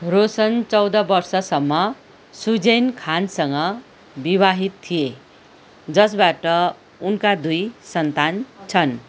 रोशन चौध बर्षसम्म सुजैन खानसँग बिवाहित थिए जसबाट उनका दुई सन्तान छन्